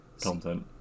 content